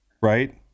right